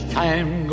time